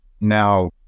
now